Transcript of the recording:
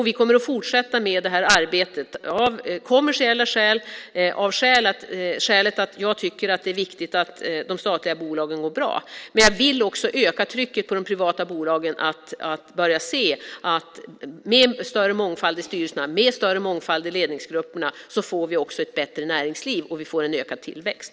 Vi kommer att fortsätta med det här arbetet av kommersiella skäl, av skälet att det är viktigt att de statliga bolagen går bra, men jag vill också öka trycket på de privata bolagen att börja se att vi med större mångfald i styrelserna och ledningsgrupperna också får ett bättre näringsliv och en ökad tillväxt.